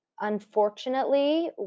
unfortunately